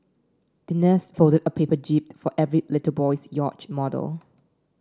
the nurse folded a paper jib for every little boy's yacht model